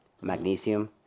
magnesium